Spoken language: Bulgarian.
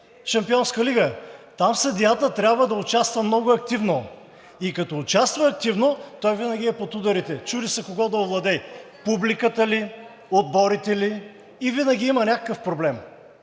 Шампионска лига. Там съдията трябва да участва много активно. И като участва активно, той винаги е под ударите, чуди се кого да овладее – публиката ли, отборите ли, и винаги има някакъв проблем.